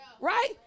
Right